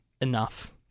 enough